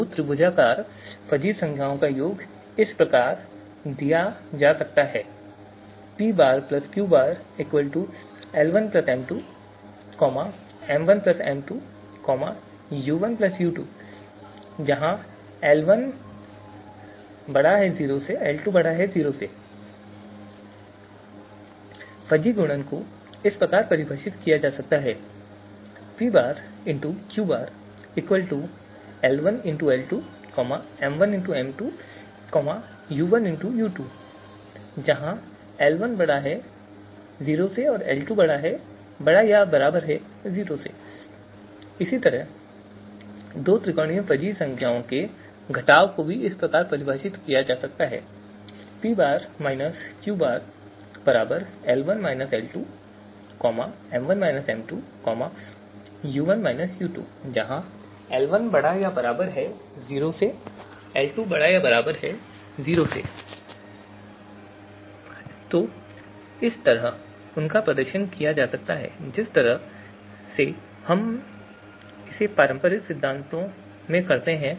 दो त्रिभुजाकार फजी संख्याओं का योग इस प्रकार दिया जा सकता है फजी गुणन को इस प्रकार परिभाषित किया जा सकता है इसी तरह दो त्रिकोणीय फजी संख्याओं के घटाव को भी इस प्रकार परिभाषित किया जा सकता है तो इस तरह उनका प्रदर्शन किया जा सकता है जिस तरह से हम इसे पारंपरिक सिद्धांतों में करते हैं